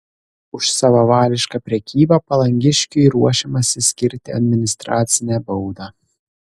už savavališką prekybą palangiškiui ruošiamasi skirti administracinę baudą